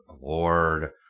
Lord